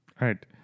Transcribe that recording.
right